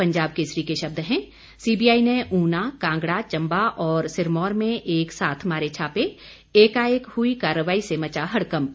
पंजाब केसरी के शब्द हैं सीबीआई ने ऊना कांगड़ा चंबा और सिरमौर में एक साथ मारे छापे एकाएक हुई कार्रवाई से मचा हड़कंप